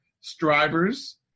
strivers